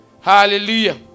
Hallelujah